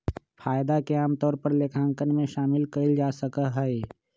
फायदा के आमतौर पर लेखांकन में शामिल कइल जा सका हई